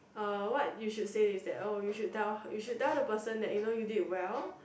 uh what you say is that oh you should tell you should the person that you know you did well